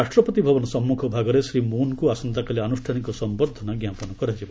ରାଷ୍ଟ୍ରପତି ଭବନର ସମ୍ମୁଖ ଭାଗରେ ଶ୍ରୀ ମୁନ୍ଙ୍କୁ ଆସନ୍ତାକାଲି ଆନୁଷ୍ଠାନିକ ସମ୍ଭର୍ଦ୍ଧନା ଜ୍ଞାପନ କରାଯିବ